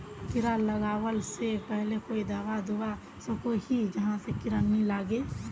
कीड़ा लगवा से पहले कोई दाबा दुबा सकोहो ही जहा से कीड़ा नी लागे?